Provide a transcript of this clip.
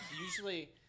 usually